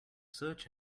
search